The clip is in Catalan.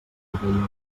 locomotora